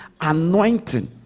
anointing